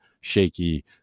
shaky